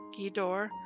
Gidor